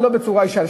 אבל לא בצורה ישרה,